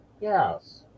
Yes